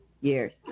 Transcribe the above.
years